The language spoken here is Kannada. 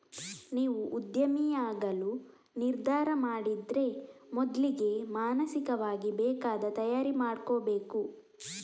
ನೀವು ಉದ್ಯಮಿಯಾಗಲು ನಿರ್ಧಾರ ಮಾಡಿದ್ರೆ ಮೊದ್ಲಿಗೆ ಮಾನಸಿಕವಾಗಿ ಬೇಕಾದ ತಯಾರಿ ಮಾಡ್ಕೋಬೇಕು